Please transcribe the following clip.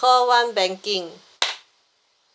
call one banking